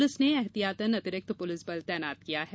police ने ऐहतियातन अतिरिक्त पुलिस बल तैनात किया है